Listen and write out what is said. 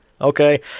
Okay